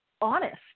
honest